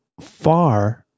far